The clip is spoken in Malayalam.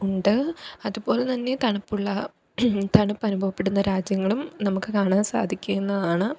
ഉണ്ട് അതുപോലെ തന്നെ തണുപ്പുള്ള തണുപ്പനുഭവപ്പെടുന്ന രാജ്യങ്ങളും നമുക്ക് കാണാൻ സാധിക്കുന്നതാണ്